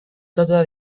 tota